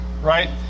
right